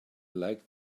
like